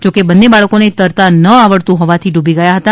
જોકે બંને બાળકોને તરત ન આવડતું હોવાથી ડુબી ગયા હતા